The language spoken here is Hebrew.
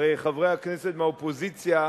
הרי חברי הכנסת מהאופוזיציה